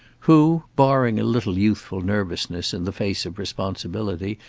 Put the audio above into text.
who, barring a little youthful nervousness in the face of responsibility,